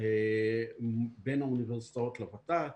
בין האוניברסיטאות לוות"ת.